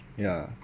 ya